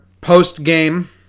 post-game